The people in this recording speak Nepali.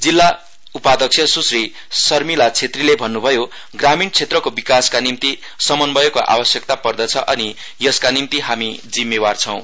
जिल्ला उपाध्यक्ष सुश्री सर्मिला छेत्रीले भन्नुभयो ग्रामीण क्षेत्रको विकासका निम्ति समन्वयको आवश्यकता पर्दछ अनि यसका निम्ति हामी जिम्मेवार छौं